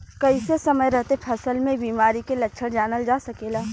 कइसे समय रहते फसल में बिमारी के लक्षण जानल जा सकेला?